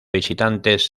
visitantes